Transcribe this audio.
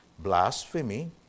blasphemy